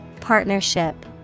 Partnership